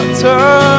turn